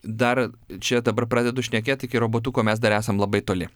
dar čia dabar pradedu šnekėt iki robotuko mes dar esam labai toli